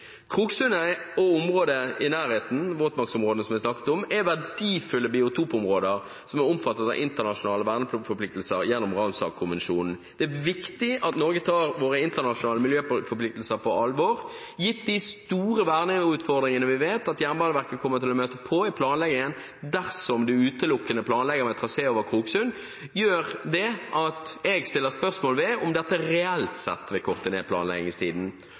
Kroksund og området i nærheten – våtmarksområdene jeg snakket om – er verdifulle biotopområder som er omfattet av internasjonale verneforpliktelser gjennom Ramsar-konvensjonen. Det er viktig at Norge tar sine internasjonale miljøforpliktelser på alvor, gitt de store verneutfordringene vi vet at Jernbaneverket kommer til å møte på i planleggingen. Dersom man utelukkende planlegger med trasé over Kroksund, gjør det at jeg stiller spørsmål om dette reelt sett vil korte ned planleggingstiden,